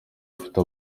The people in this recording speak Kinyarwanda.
ifite